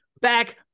back